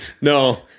no